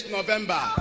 November